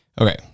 Okay